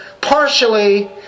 partially